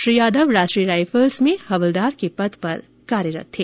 Shri Yadav Rashtriya Rifles में हवलदार के पद पर कार्यरत थे